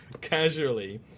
casually